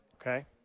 Okay